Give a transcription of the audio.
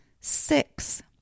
six